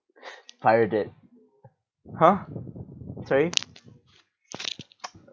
pirated !huh! sorry